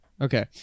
Okay